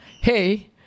hey